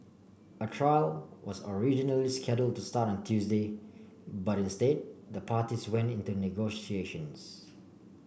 a trial was originally scheduled to start on Tuesday but instead the parties went into negotiations